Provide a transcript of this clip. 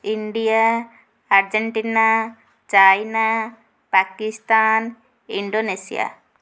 India Argentina China Pakistan Indonesia